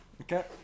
Okay